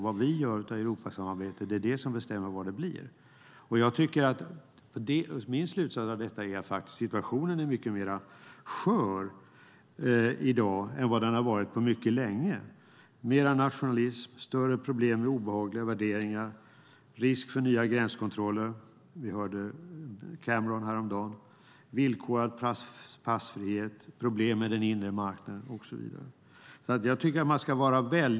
Vad vi gör av Europasamarbetet är det som bestämmer vad det blir. Min slutsats av detta är att situationen är mycket mer skör i dag än vad den har varit på mycket länge. Det är mer nationalism, större problem med obehagliga värderingar och risk för nya gränskontroller. Vi hörde Cameron häromdagen, och det handlar därtill om villkorad passfrihet, problem med den inre marknaden och så vidare.